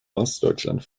ostdeutschland